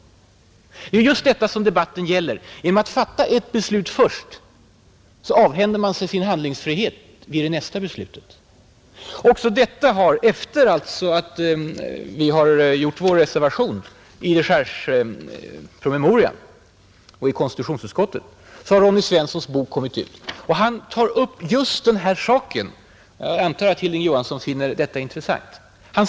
Det är just detta som debatten gäller. Genom att först fatta ett beslut avhänder man sig sin handlingsfrihet i nästa beslut. Efter det att vi har utarbetat vår reservation i dechargepromemorian och i konstitutionsutskottet har Ronny Svenssons bok kommit ut, och han tar upp just den här saken. Jag antar att Hilding Johansson finner detta intressant.